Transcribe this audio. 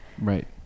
right